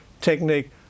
technique